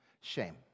shame